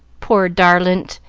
poor darlint,